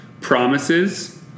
Promises